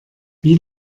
wie